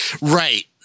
Right